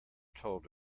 told